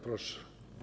Proszę.